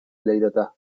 lleidatà